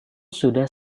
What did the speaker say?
sudah